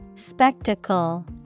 Spectacle